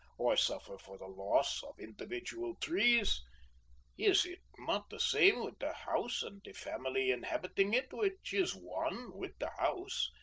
or suffer for the loss of individual trees is it not the same with the house and the family inhabiting it, which is one with the house,